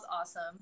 awesome